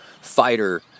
fighter